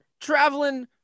traveling